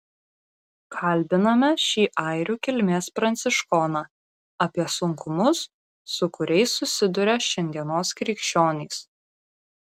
kalbiname šį airių kilmės pranciškoną apie sunkumus su kuriais susiduria šiandienos krikščionys